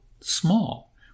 small